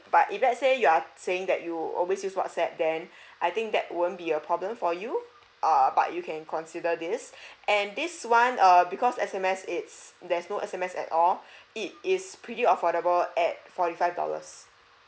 but if let's say you are saying that you always use whatsapp then I think that won't be a problem for you uh but you can consider this and this one err because S_M_S it's there's no S_M_S at all it is pretty affordable at forty five dollars